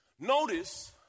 Notice